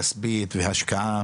והשקעה כספית, והשקעה